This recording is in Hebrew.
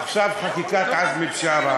עכשיו חקיקת עזמי בשארה,